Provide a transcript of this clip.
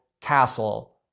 castle